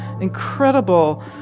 incredible